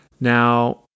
Now